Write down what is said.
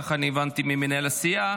כך אני הבנתי ממנהל הסיעה.